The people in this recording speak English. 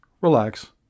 relax